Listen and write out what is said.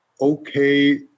okay